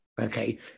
okay